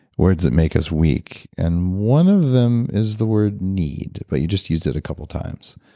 words that make us weak and one of them is the word need, but you just used it a couple of times.